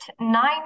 nine